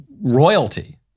royalty